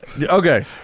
Okay